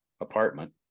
apartment